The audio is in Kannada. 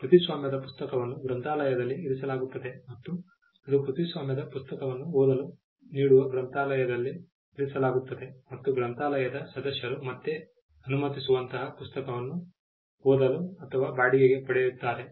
ಕೃತಿಸ್ವಾಮ್ಯದ ಪುಸ್ತಕವನ್ನು ಗ್ರಂಥಾಲಯದಲ್ಲಿ ಇರಿಸಲಾಗುತ್ತದೆ ಮತ್ತು ಅದು ಕೃತಿಸ್ವಾಮ್ಯದ ಪುಸ್ತಕವನ್ನು ಓದಲು ನೀಡುವ ಗ್ರಂಥಾಲಯದಲ್ಲಿ ಇರಿಸಲಾಗುತ್ತದೆ ಮತ್ತು ಗ್ರಂಥಾಲಯದ ಸದಸ್ಯರು ಮತ್ತೆ ಅನುಮತಿಸುವಂತಹ ಪುಸ್ತಕವನ್ನು ಓದಲು ಅಥವಾ ಬಾಡಿಗೆಗೆ ಪಡೆಯುತ್ತಾರೆ